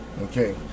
Okay